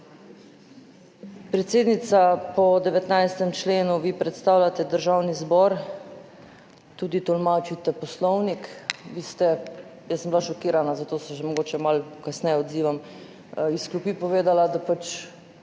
Predsednica, po 19. členu vi predstavljate državni zbor, tudi tolmačite poslovnik. Vi ste, jaz sem bila šokirana, zato se mogoče malo kasneje odzivam, iz klopi povedali, da pač